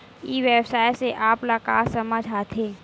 ई व्यवसाय से आप ल का समझ आथे?